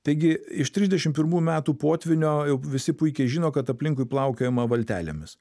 taigi iš trisdešimt pirmų metų potvynio jau visi puikiai žino kad aplinkui plaukiojama valtelėmis